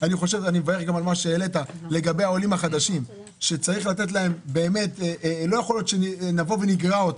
לגבי עליית המחירים של הקרקעות